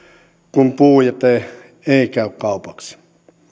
kun puujäte ei käy kaupaksi